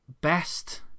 best